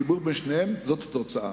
החיבור בין שניהם, זאת התוצאה,